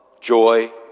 joy